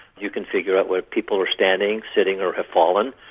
you can figure out whether people are standing, sitting or have fallen,